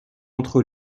entre